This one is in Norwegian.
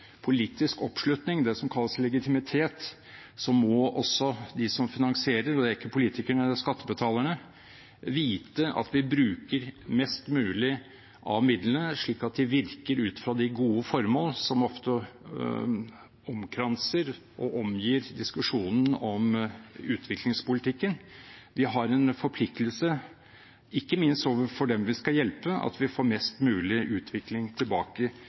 politisk oppslutning, det som kalles legitimitet, må også de som finansierer – og det er ikke politikerne, det er skattebetalerne – vite at vi bruker mest mulig av midlene slik at de virker ut fra de gode formål som ofte omkranser og omgir diskusjonen om utviklingspolitikken. Vi har en forpliktelse, ikke minst overfor dem vi skal hjelpe, til å få mest mulig utvikling tilbake